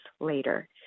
later